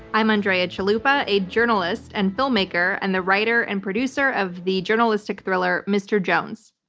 i'm andrea chalupa, a journalist and filmmaker, and the writer and producer of the journalistic thriller, mr. jones.